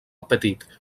petit